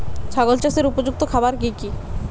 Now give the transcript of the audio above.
ছাগল চাষের উপযুক্ত খাবার কি কি?